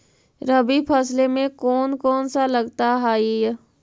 रबी फैसले मे कोन कोन सा लगता हाइय?